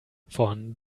von